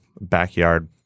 backyard